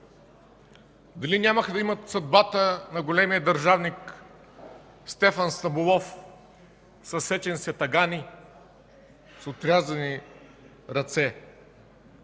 Дали нямаха да имат съдбата на големия държавник Стефан Стамболов, съсечен с ятагани, с отрязани ръце?